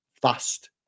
fast